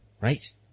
right